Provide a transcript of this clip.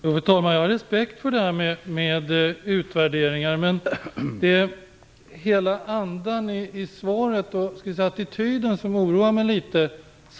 Fru talman! Jag har respekt för utvärderingar, men det är andan och attityden i svaret som oroar mig litet.